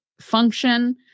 function